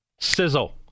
Sizzle